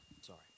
sorry